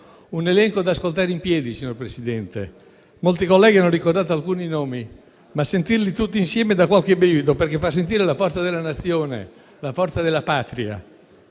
un elenco da ascoltare in piedi, signor Presidente. Molti colleghi hanno ricordato alcuni nomi, ma sentirli tutti insieme dà qualche brivido, perché fa sentire la forza della Nazione, la forza della Patria.